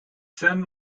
son